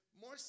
more